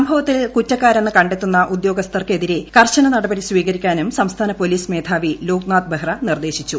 സംഭവത്തിൽ കുറ്റക്കാരെന്ന് കണ്ടെത്തുന്ന ഉദ്യോഗസ്ഥർക്കെതിരെ കർശന നടപടി സ്വീകരിക്കാനും സംസ്ഥാന പോലീസ് മേധാവി ലോക്നാഥ് ബെഹ്റ നിർദ്ദേശിച്ചു